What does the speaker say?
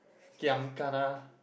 giam kana